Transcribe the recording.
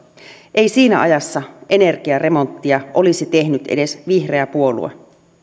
ei siinä ajassa energiaremonttia olisi tehnyt edes vihreä puolue